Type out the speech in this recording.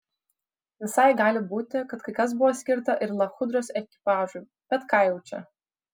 visai gali būti kad kai kas buvo skirta ir lachudros ekipažui bet ką jau čia